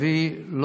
לגבי השאלה הראשונה,